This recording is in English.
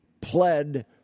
pled